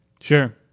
Sure